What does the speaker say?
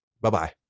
Bye-bye